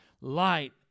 light